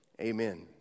amen